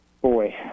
boy